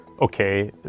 okay